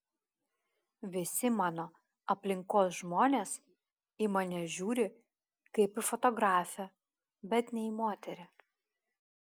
visi mano aplinkos žmonės į mane žiūri kaip į fotografę bet ne į moterį